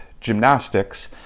gymnastics